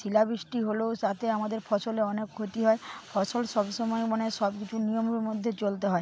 শিলা বৃষ্টি হলেও তাতে আমাদের ফসলের অনেক ক্ষতি হয় ফসল সব সময় মানে সব কিছু নিয়মের মধ্যে চলতে হয়